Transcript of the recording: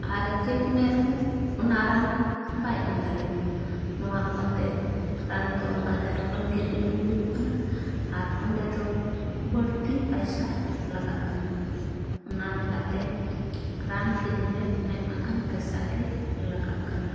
ᱟᱨ check ᱢᱮ ᱨᱮᱦᱚᱸ ᱚᱱᱟ ᱨᱟᱱ ᱵᱟᱭ ᱮᱢ ᱫᱟᱲᱮᱭᱟᱢᱟ ᱱᱚᱣᱟ ᱞᱮᱠᱟᱛᱮ ᱨᱟᱱ ᱫᱚ ᱵᱟᱡᱟᱨ ᱠᱷᱚᱱ ᱠᱤᱨᱤᱧ ᱟᱹᱜᱩ ᱦᱩᱭᱩᱜ ᱠᱟᱱᱟ ᱟᱨ ᱚᱸᱰᱮ ᱫᱚ ᱵᱟᱹᱲᱛᱤ ᱯᱚᱭᱥᱟ ᱞᱟᱜᱟᱜ ᱠᱟᱱᱟ ᱚᱱᱟ ᱞᱮᱠᱟᱛᱮ ᱨᱟᱱ ᱠᱤᱨᱤᱧ ᱨᱮ ᱟᱭᱢᱟᱜᱟᱱ ᱯᱚᱭᱥᱟ ᱜᱮ ᱞᱟᱜᱟᱜ ᱠᱟᱱᱟ